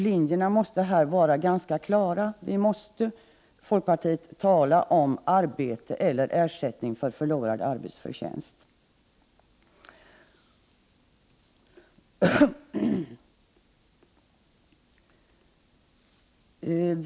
Linjerna måste här vara klara — vi måste tala om inkomst av arbete eller ersättning för förlorad arbetsförtjänst.